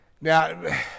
Now